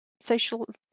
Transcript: social